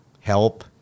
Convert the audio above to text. help